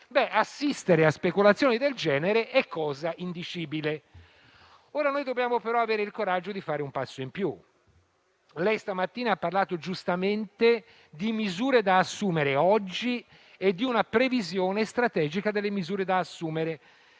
speculatori finanziari di questa natura, è cosa indicibile. Ora dobbiamo, però, avere il coraggio di fare un passo in più. Lei stamattina ha parlato giustamente di misure da assumere oggi e di una previsione strategica delle misure da assumere